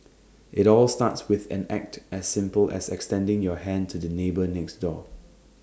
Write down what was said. IT all starts with an act as simple as extending your hand to the neighbour next door